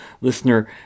listener